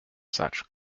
such